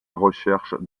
recherche